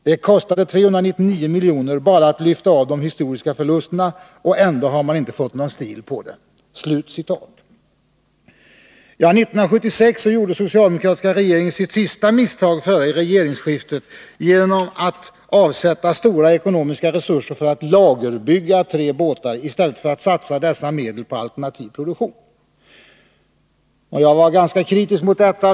Det kostade 399 miljoner bara att lyfta av historiska förluster, och ändå har man inte fått någon stil på det.” 1976 gjorde den socialdemokratiska regeringen sitt sista misstag före regeringsskiftet genom att avsätta stora ekonomiska resurser för att lagerbygga tre båtar i stället för att satsa dessa medel på alternativ produktion. Jag var ganska kritisk mot detta.